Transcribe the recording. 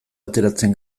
ateratzen